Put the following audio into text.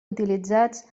utilitzats